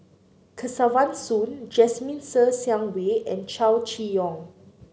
Kesavan Soon Jasmine Ser Xiang Wei and Chow Chee Yong